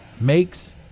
makes